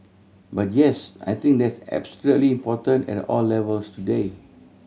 but yes I think that's absolutely important at all levels today